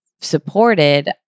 supported